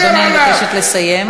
אני מבקשת לסיים.